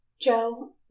joe